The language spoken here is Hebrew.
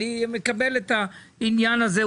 אני מקבל את העניין הזה.